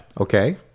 Okay